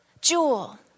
Jewel